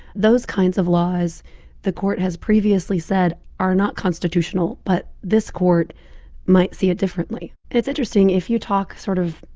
those kinds of laws the court has previously said are not constitutional. but this court might see it differently. it's interesting. if you talk sort of